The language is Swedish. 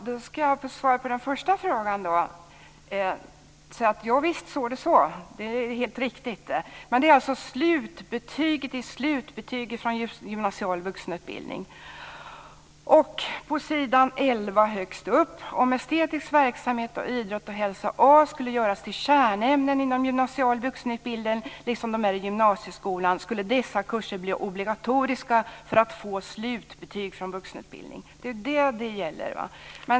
Herr talman! Jag ska svara på den första frågan. Ja, visst står det så - det är helt riktigt. Men det gäller slutbetyget på gymnasial vuxenutbildning. Högst upp på s. 11 står det: skulle göras till kärnämnen inom gymnasial vuxenutbildning, liksom de är det i gymnasieskolan, skulle dessa kurser bli obligatoriska för att få slutbetyg från vuxenutbildningen." Det är det som det gäller.